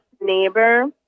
neighbor